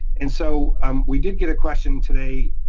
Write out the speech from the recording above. and so um we did get a question today